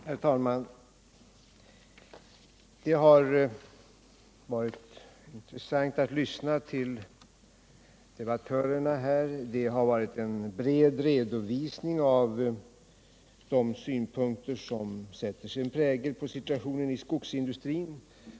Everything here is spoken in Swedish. Herr talman! Det har varit intressant att lyssna till debattörerna här, som har givit en bred redovisning av de synpunkter som sätter sin prägel på situationen i skogsindustrin.